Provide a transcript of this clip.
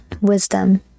wisdom